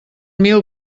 mil